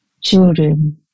children